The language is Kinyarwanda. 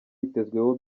yitezweho